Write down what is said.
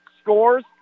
scores